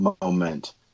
moment